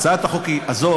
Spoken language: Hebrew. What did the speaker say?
הצעת החוק הזאת,